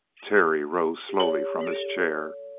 terry rose slowly from his chair.